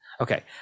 Okay